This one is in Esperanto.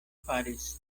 faris